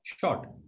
short